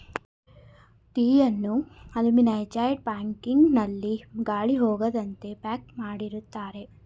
ಟೀಯನ್ನು aluminised packing ನಲ್ಲಿ ಗಾಳಿ ಹೋಗದಂತೆ ಪ್ಯಾಕ್ ಮಾಡಿರುತ್ತಾರೆ